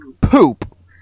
Poop